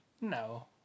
No